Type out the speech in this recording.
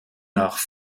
nach